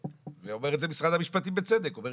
ואומר את זה משרד המשפטים, בצדק, הוא אומר: